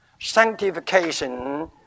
Sanctification